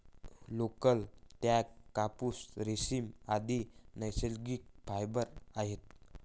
लोकर, ताग, कापूस, रेशीम, आदि नैसर्गिक फायबर आहेत